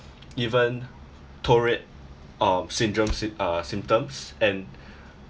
even tourette um syndrome sym~ uh symptoms and